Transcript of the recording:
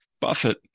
Buffett